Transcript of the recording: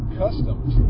customs